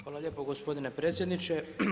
Hvala lijepo gospodine predsjedniče.